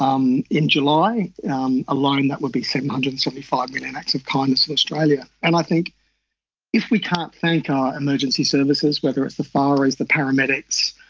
um in july um alone that would be seven hundred and seventy five million acts of kindness in australia. and i think if we can't thank our emergency services, whether it's the fireys, the paramedics,